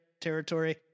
territory